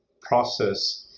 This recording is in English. process